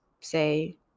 say